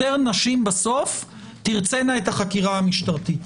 יותר נשים בסוף תרצנה את החקירה המשטרתית.